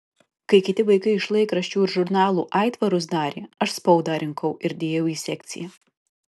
kai kiti vaikai iš laikraščių ir žurnalų aitvarus darė aš spaudą rinkau ir dėjau į sekciją